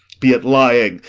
be it lying,